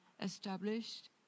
established